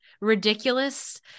ridiculous